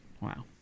Wow